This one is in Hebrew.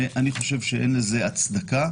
אני חושב שאין לזה הצדקה,